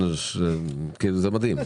קדימה.